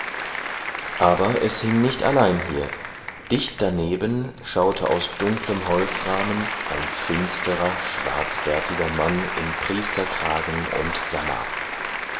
aber es hing nicht allein hier dicht daneben schaute aus dunklem holzrahmen ein finsterer schwarzbärtiger mann in priesterkragen und sammar